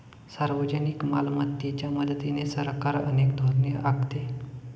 सार्वजनिक मालमत्तेच्या मदतीने सरकार अनेक धोरणे आखते